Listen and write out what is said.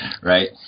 Right